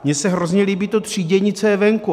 Mně se hrozně líbí to třídění, co je venku.